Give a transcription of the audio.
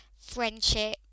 friendship